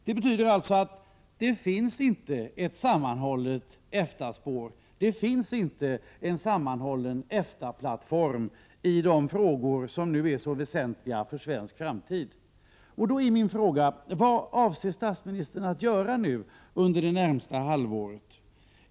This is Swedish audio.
Det betyder alltså att det inte finns ett sammanhållet EFTA-spår, att det inte finns en sammanhållen EFTA-plattform i de frågor som nu är så väsentliga för svensk framtid. Vad avser statsministern att göra nu under det närmaste halvåret?